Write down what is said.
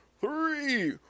three